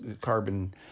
carbon